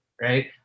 Right